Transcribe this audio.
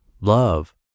love